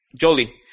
Jolie